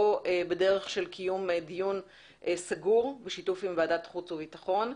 או בדרך של קיום דיון סגור בשיתוף עם ועדת חוץ וביטחון,